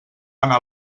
anar